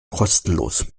kostenlos